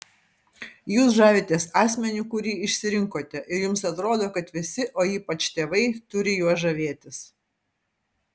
jūs žavitės asmeniu kurį išsirinkote ir jums atrodo kad visi o ypač tėvai turi juo žavėtis